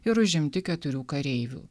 ir užimti keturių kareivių